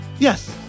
Yes